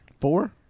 Four